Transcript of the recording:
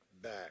back